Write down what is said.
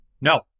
No